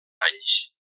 anys